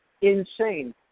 insane